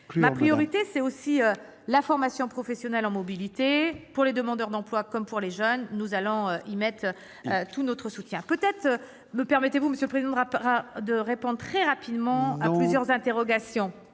Ma priorité, c'est aussi la formation professionnelle en mobilité, pour les demandeurs d'emploi comme pour les jeunes. Nous allons la soutenir vigoureusement. Me permettez-vous, monsieur le président, de répondre très rapidement à plusieurs interrogations